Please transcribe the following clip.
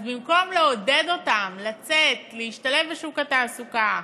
אז במקום לעודד אותם לצאת, להשתלב בשוק התעסוקה,